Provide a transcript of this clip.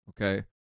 okay